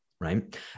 right